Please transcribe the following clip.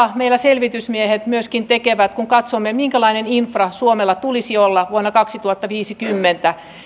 meillä selvitysmiehet myöskin tekevät jossa katsomme minkälainen infra suomella tulisi olla vuonna kaksituhattaviisikymmentä